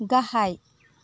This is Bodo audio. गाहाय